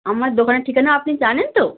আমার দোকানের ঠিকানা আপনি জানেন তো